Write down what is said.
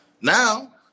Now